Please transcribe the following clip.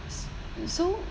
s~ so